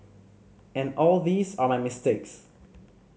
and all these are my mistakes